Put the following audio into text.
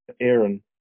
Aaron